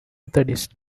methodist